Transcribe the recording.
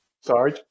Sorry